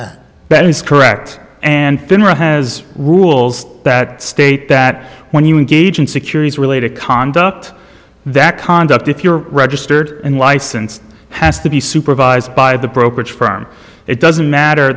that that is correct and general has rules that state that when you engage in securities related conduct that conduct if you're registered and licensed has to be supervised by the brokerage firm it doesn't matter